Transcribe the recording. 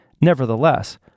Nevertheless